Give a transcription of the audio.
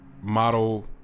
model